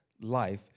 life